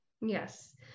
Yes